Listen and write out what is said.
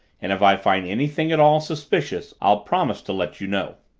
and if i find anything at all suspicious, i'll promise to let you know.